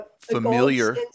familiar